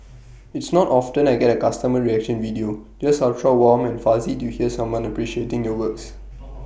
it's not often I get A customer reaction video just ultra warm and fuzzy to hear someone appreciating your works